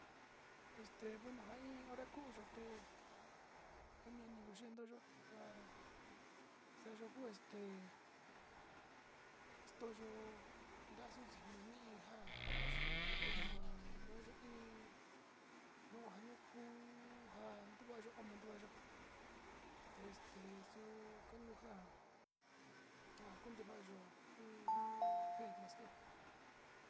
Ja in oie kuuyo te ninku xen nto'oyo te ja sa´ayo ko ja nan kuni ntjanyo su´usi te yuka ni ko in ja sa´ayo